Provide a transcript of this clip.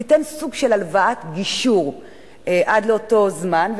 תיתן סוג של הלוואת גישור עד לאותו זמן,